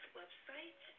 website